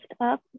up